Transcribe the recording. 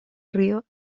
río